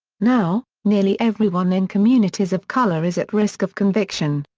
now, nearly everyone in communities of color is at risk of conviction.